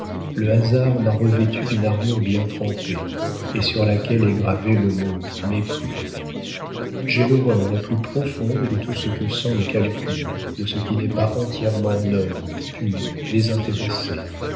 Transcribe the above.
le hasard m'a revêtue d'une armure bien trempée et sur laquelle est gravé le mot mépris j'ai l'horreur la plus profonde de tout ce qui sent le calcul de ce qui n'est pas entièrement noble pur désintéressé